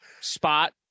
spot